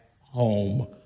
home